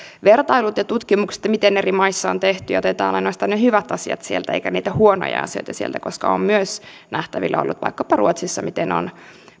vertailut ja tutkimukset että miten eri maissa on tehty ja otetaan ainoastaan ne hyvät asiat sieltä eikä niitä huonoja asioita koska on myös nähtävillä ollut vaikkapa ruotsissa miten on